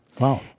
Wow